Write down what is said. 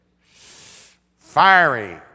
fiery